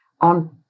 on